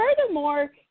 furthermore